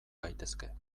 gaitezke